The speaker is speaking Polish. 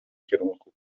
kierunku